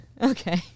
Okay